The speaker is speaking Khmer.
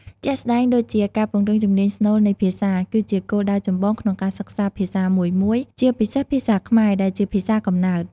ជាក់ស្ដែងដូចជា ការពង្រឹងជំនាញស្នូលនៃភាសា គឺជាគោលដៅចម្បងក្នុងការសិក្សាភាសាមួយៗ ជាពិសេសភាសាខ្មែរដែលជាភាសាកំណើត។